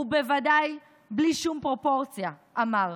ובוודאי בלי שום פרופורציה, אמר.